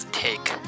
take